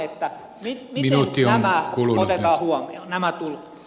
miten nämä otetaan huomioon nämä tulot